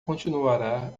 continuará